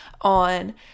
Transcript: on